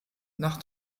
nach